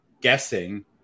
guessing